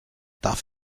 darf